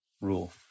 rule